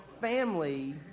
family